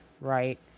right